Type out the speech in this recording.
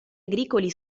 agricoli